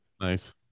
nice